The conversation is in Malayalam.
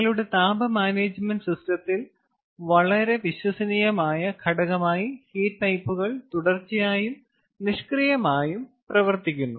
നിങ്ങളുടെ താപ മാനേജ്മെന്റ് സിസ്റ്റത്തിൽ വളരെ വിശ്വസനീയമായ ഘടകമായി ഹീറ്റ് പൈപ്പുകൾ തുടർച്ചയായും നിഷ്ക്രിയമായും പ്രവർത്തിക്കുന്നു